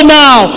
now